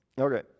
okay